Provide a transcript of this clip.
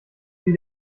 wie